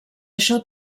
això